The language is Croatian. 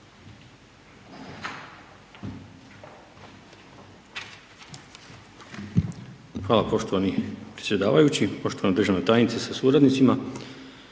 Hvala poštovani predsjedavajući, poštovana državna tajnice sa suradnicima.